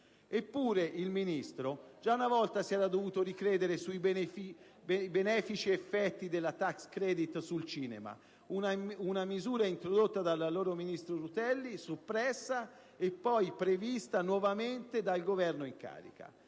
Eppure, il Ministro già una volta si era dovuto ricredere sui benefici effetti della *tax credit* sul cinema. Una misura introdotta dall'allora ministro Rutelli, soppressa e poi prevista nuovamente dal Governo in carica.